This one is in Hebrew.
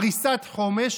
הריסת חומש,